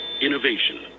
Innovation